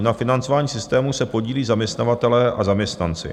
Na financování systému se podílí zaměstnavatelé a zaměstnanci.